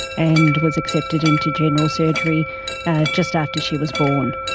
and was accepted into general surgery just after she was born.